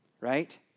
right